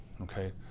okay